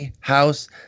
House